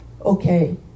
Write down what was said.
okay